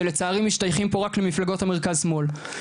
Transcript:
שלצערי משתייכים פה רק למפלגות המרכז שמאל,